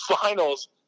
finals